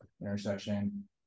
intersection